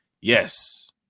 Yes